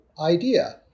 idea